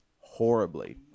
horribly